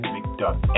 McDuck